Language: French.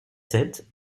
sept